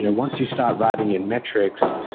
you know once you start writing in metrics,